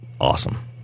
awesome